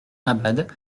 abad